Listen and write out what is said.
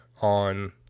on